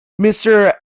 Mr